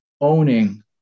owning